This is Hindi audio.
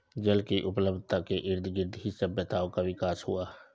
जल की उपलब्धता के इर्दगिर्द ही सभ्यताओं का विकास हुआ